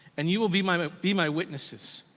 and you will be my be my witnesses,